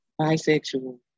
bisexual